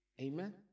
Amen